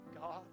God